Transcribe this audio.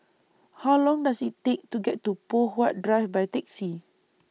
How Long Does IT Take to get to Poh Huat Drive By Taxi